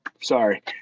sorry